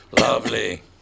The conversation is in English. Lovely